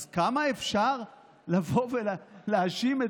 אז כמה אפשר לבוא ולהאשים,